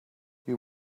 you